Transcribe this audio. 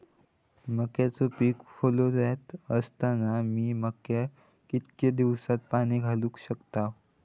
मक्याचो पीक फुलोऱ्यात असताना मी मक्याक कितक्या दिवसात पाणी देऊक शकताव?